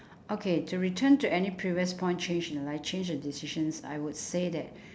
okay to return to any previous point change in life change in decisions I would say that